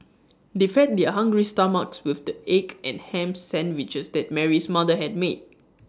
they fed their hungry stomachs with the egg and Ham Sandwiches that Mary's mother had made